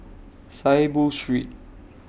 Saiboo Street